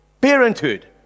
Parenthood